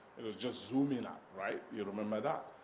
it was just zooming up, right, you remember that?